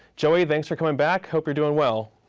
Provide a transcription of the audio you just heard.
joey thanks for coming back. hope you're doing well.